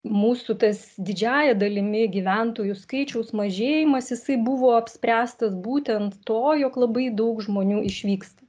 mūsų tas didžiąja dalimi gyventojų skaičiaus mažėjimas jisai buvo apspręstas būtent to jog labai daug žmonių išvyksta